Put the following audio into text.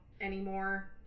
anymore